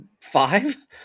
five